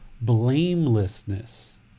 blamelessness